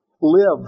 live